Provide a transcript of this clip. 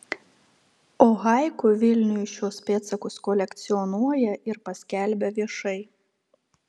o haiku vilniui šiuos pėdsakus kolekcionuoja ir paskelbia viešai